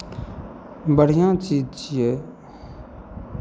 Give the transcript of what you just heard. बढ़िआँ चीज छियै